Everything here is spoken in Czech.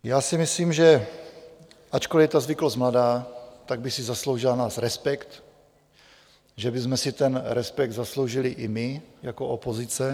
Já si myslím, že ačkoliv je ta zvyklost mladá, tak by si zasloužila náš respekt, že bychom si ten respekt zasloužili i my jako opozice.